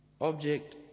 Object